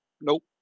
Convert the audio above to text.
Nope